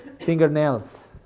Fingernails